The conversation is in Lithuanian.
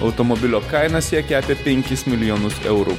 automobilio kaina siekia apie penkis milijonus eurų